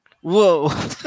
Whoa